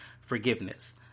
forgiveness